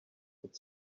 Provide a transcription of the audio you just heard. but